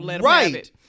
Right